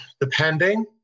depending